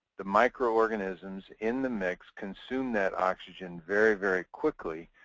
the micro-organisms in the mix consume that oxygen very, very quickly.